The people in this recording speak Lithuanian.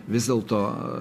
vis dėlto